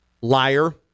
liar